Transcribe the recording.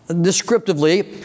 descriptively